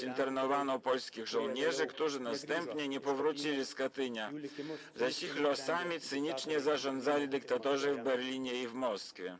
Internowano polskich żołnierzy, którzy następnie nie powrócili z Katynia, zaś ich losami cynicznie zarządzali dyktatorzy w Berlinie i w Moskwie.